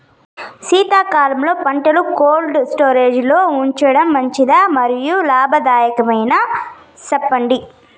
శీతాకాలంలో పంటలు cold storage లో ఉంచడం మంచిదా? మరియు లాభదాయకమేనా, సెప్పండి